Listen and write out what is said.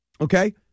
Okay